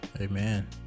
Amen